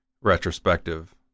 retrospective